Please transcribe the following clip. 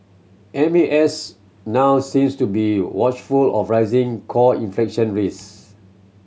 M A S now seems to be watchful of rising core inflation risk